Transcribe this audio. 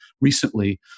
recently